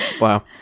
Wow